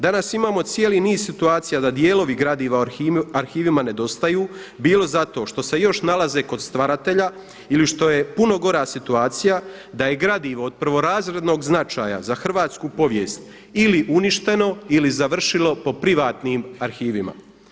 Danas imamo cijeli niz situacija da dijelovi gradiva u arhivima nedostaju bilo zato što se još nalaze kod stvaratelja ili što je puno gora situacija da je gradivo od prvorazrednog značaja za hrvatsku povijest ili uništeno ili završilo po privatnim arhivima.